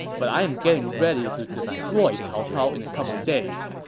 but i am getting ready to destroy cao cao in a couple days.